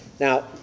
Now